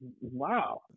Wow